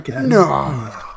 No